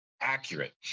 accurate